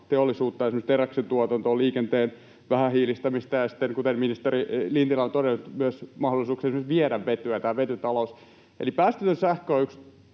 teollisuutta esimerkiksi teräksen tuotantoon, liikenteen vähähiilistämistä ja sitten, kuten ministeri Lintilä on todennut, myös mahdollisuuksia esimerkiksi viedä vetyä, tätä vetytaloutta. Eli päästötön sähkö on yksi